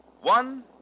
One